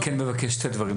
אני כן מבקש שני דברים.